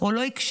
או לא הקשיב,